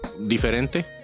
diferente